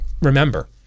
remember